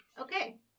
Okay